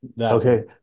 Okay